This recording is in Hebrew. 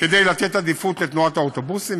כדי לתת עדיפות לתנועת האוטובוסים,